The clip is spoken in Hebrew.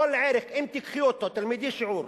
אם תיקחי אותו, תלמדי שיעור,